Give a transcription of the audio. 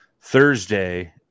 thursday